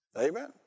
Amen